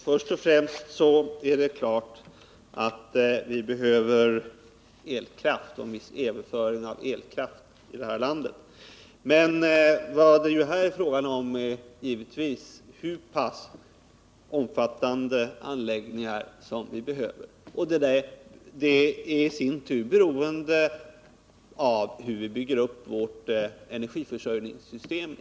Herr talman! Först och främst är det klart att vi behöver överföring av elkraft i det här landet. Men vad det här är fråga om är givetvis hur pass omfattande anläggningar vi behöver. Det är i sin tur beroende av hur vi bygger upp vårt elförsörjningssystem.